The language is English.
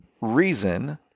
reason